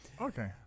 Okay